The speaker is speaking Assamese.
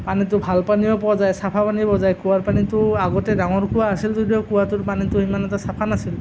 পানীটো ভাল পানীও পোৱা যায় চাফা পানী পোৱা যায় কুঁৱাৰ পানীটো আগতে ডাঙৰ কুঁৱা আছিল যদিও কুঁৱাটোৰ পানীটো সিমান এটা চাফা নাছিল